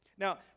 Now